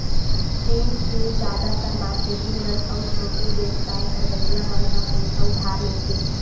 bank ले जादातर marketing मन अउ छोटे बेवसाय करइया मन ह पइसा उधार लेथे